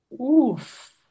Oof